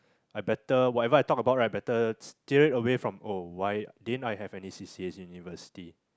I better whatever I talk about right better stay it away from oh why didn't I have any C_C_A in university